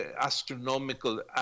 astronomical